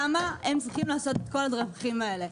למה הם צריכים לעשות את כל הדרכים האלה?